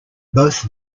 both